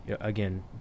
again